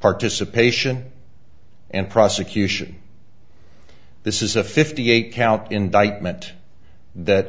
participation and prosecution this is a fifty eight count indictment that